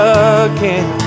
again